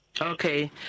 Okay